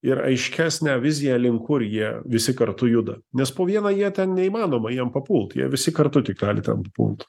ir aiškesnę viziją link kur jie visi kartu juda po vieną jie ten neįmanoma jiems papult jie visi kartu tik gali ten papult